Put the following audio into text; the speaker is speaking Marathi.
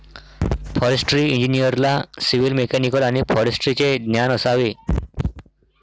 फॉरेस्ट्री इंजिनिअरला सिव्हिल, मेकॅनिकल आणि फॉरेस्ट्रीचे ज्ञान असावे